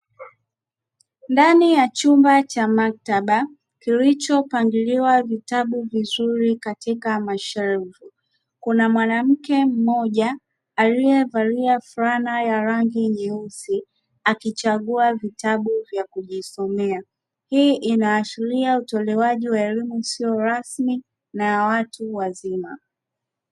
Ndani ya chumba cha maktaba kilichopangiliwa vitabu vizuri katika mashelfu, kuna mwanamke mmoja aliyevalia fulana ya rangi nyeusi akichagua vitabu vya kujisomea. Hii inaashiria utolewaji wa elimu isiyo rasmi na ya watu wazima.